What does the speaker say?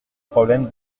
problème